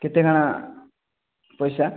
କେତେ କ'ଣ ପଇସା